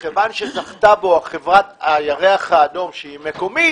ומכיוון שזכתה בו חברת הירח האדום שהיא מקומית,